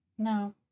No